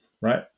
right